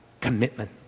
commitment